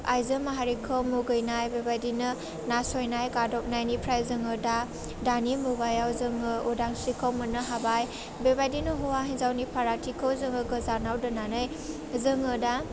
आइजो माहारिखौ मुगैनाय बेबायदिनो नासयनाय गादबनायनिफ्राइ जोडो दा दानि मुगायाव जोङो उदांस्रिखौ मोननो हाबाय बेबायदिनो हौवा हिन्जावनि फरागथिखौ जोङो गोजानाव दोन्नानै जोङो दा